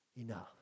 enough